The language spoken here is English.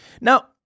Now